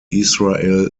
israel